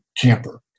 camper